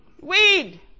Weed